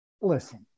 Listen